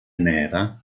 nera